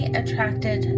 attracted